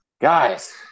Guys